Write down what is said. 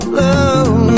love